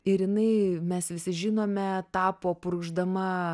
ir jinai mes visi žinome tapo purkšdama